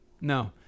No